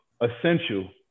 essential